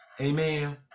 Amen